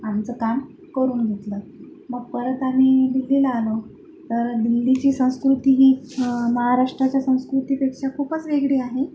आमचं काम करून घेतलं मग परत आम्ही दिल्लीला आलो तर दिल्लीची संस्कृती ही महाराष्ट्राच्या संस्कृतीपेक्षा खूपच वेगळी आहे